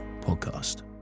Podcast